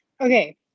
Okay